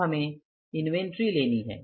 अब हमें इन्वेंट्री लेनी है